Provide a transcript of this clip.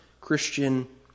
Christian